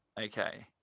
Okay